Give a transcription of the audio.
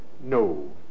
no